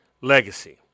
legacy